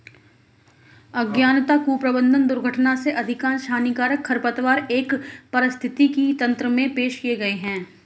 अज्ञानता, कुप्रबंधन, दुर्घटना से अधिकांश हानिकारक खरपतवार एक पारिस्थितिकी तंत्र में पेश किए गए हैं